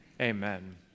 Amen